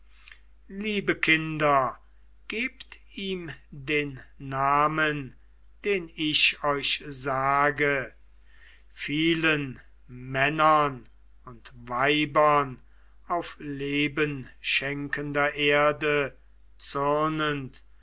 liebe kinder gebt ihm den namen den ich euch sage vielen männern und weibern auf lebenschenkender erde zürnend